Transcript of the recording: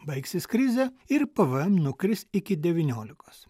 baigsis krizė ir pvm nukris iki devyniolikos